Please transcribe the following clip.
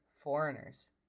foreigners